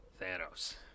thanos